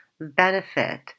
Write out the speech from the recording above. benefit